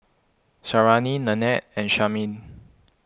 Sarahi Nannette and Carmine